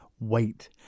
Wait